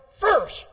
first